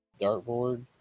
dartboard